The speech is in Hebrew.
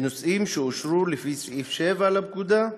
בנושאים שאושרו לפי סעיף 7 לפקודה.